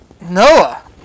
Noah